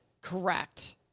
Correct